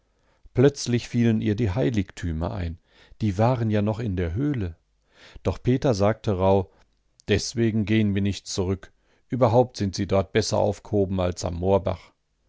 plötzlich fielen ihr die heiligtümer ein die waren ja noch in der höhle doch peter sagte rauh deswegen gehen wir nicht zurück überhaupt sind sie dort besser aufg'hoben als am